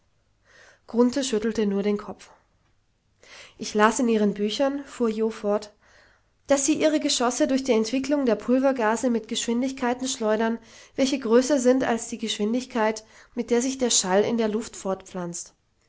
schüttelte nur den kopf ich las in ihren büchern fuhr jo fort daß sie ihre geschosse durch die entwicklung der pulvergase mit geschwindigkeiten schleudern welche größer sind als die geschwindigkeit mit der sich der schall in der luft fortpflanzt